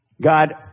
God